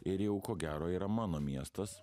ir jau ko gero yra mano miestas